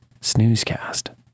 snoozecast